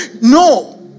No